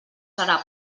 serà